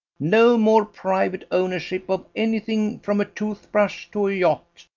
no more private ownership of anything from a toothbrush to a yacht,